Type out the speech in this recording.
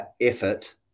effort